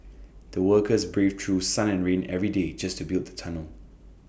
the workers braved through sun and rain every day just to build the tunnel